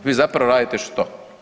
Vi zapravo radite što?